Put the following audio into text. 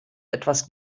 etwas